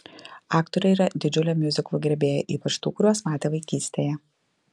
aktorė yra didžiulė miuziklų gerbėja ypač tų kuriuos matė vaikystėje